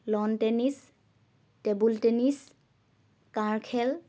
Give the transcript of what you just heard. loan tennis table tennis কাঁড় খেল